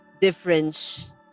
difference